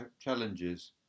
challenges